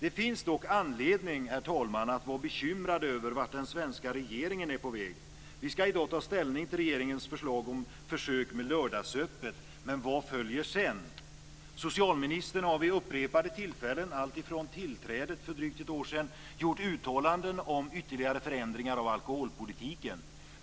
Det finns dock anledning att vara bekymrad över vart den svenska regeringen är på väg. Vi ska i dag ta ställning till regeringens förslag om försök med lördagsöppet, men vad följer sedan? Socialministern har vid upprepade tillfällen alltifrån tillträdet för drygt ett år sedan gjort uttalanden om ytterligare förändringar av alkoholpolitiken.